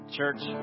church